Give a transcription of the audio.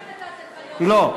לא.